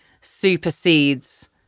supersedes